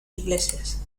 iglesias